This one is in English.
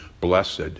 blessed